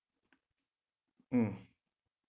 mm